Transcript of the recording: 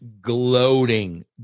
gloating